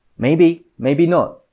maybe. maybe not.